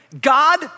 God